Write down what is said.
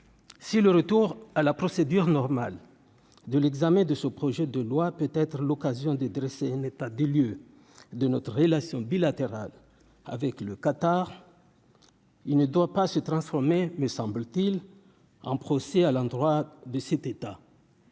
si le retour à la procédure normale de l'examen de ce projet de loi peut être l'occasion de dresser un état des lieux de notre relation bilatérale avec le Qatar, il ne doit pas se transformer, mais semble-t-il en procès à l'endroit de cet état.